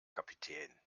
kapitän